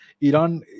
Iran